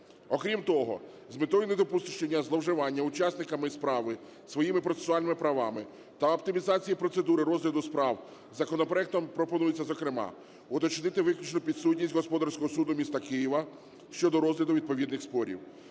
Окрім того, з метою недопущення зловживання учасниками справи своїми процесуальними правами та оптимізації процедури розгляду справ законопроектом пропонується, зокрема уточнити виключну підсудність Господарського суду міста Києва щодо розгляду відповідних спорів